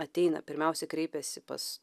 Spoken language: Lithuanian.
ateina pirmiausia kreipiasi pas